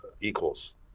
equals